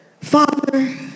Father